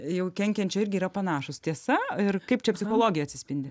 jau kenkiančio irgi yra panašūs tiesa ir kaip čia psichologija atsispindi